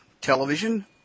television